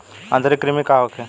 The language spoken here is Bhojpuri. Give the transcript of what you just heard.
आंतरिक कृमि का होखे?